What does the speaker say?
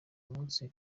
musi